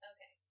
Okay